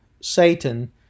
Satan